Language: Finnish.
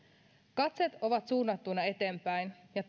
katseet ovat suunnattuina eteenpäin ja